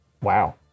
Wow